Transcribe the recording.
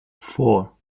four